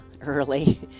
early